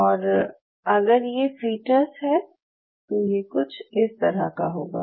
और अगर ये फ़ीटस है तो ये कुछ इस तरह का होगा